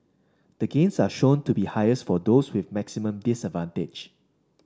the gains are shown to be highest for those with maximum disadvantage